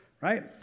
Right